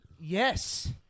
yes